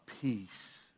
peace